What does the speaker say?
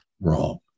wrong